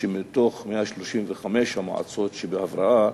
שמתוך 135 המועצות שבהבראה